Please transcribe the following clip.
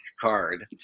card